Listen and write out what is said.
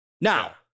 Now